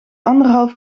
anderhalf